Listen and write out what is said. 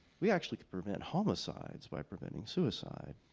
we actually could prevent homicides by preventing suicide,